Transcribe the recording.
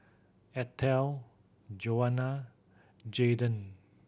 Ethel Joana Jayden